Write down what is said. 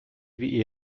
wie